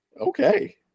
okay